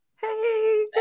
hey